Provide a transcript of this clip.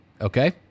Okay